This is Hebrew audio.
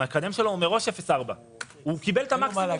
המקדם שלו הוא מראש 0.4. הוא קיבל את המקסימום מראש.